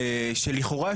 שלכאורה,